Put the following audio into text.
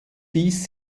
dies